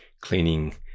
cleaning